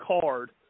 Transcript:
card